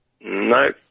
No